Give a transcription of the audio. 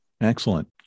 Excellent